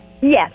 Yes